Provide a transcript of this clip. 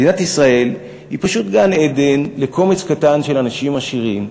מדינת ישראל היא פשוט גן-עדן לקומץ קטן של אנשים עשירים,